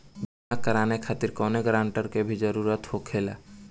बीमा कराने खातिर कौनो ग्रानटर के भी जरूरत होखे ला?